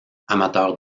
amateurs